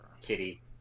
kitty